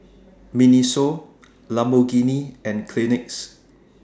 Miniso Lamborghini and Kleenex